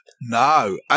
No